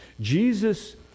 Jesus